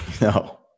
No